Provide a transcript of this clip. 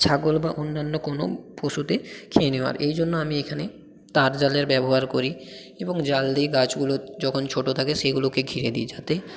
ছাগল বা অন্যান্য কোনো পশুতে খেয়ে নেওয়ার এই জন্য আমি এখানে তারজালের ব্যবহার করি এবং জাল দিই গাছগুলো যখন ছোটো থাকে সেগুলোকে ঘিরে দিই যাতে